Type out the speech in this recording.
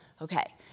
Okay